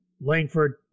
Langford